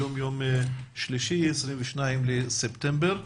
היום יום שלישי, 22 בספטמבר.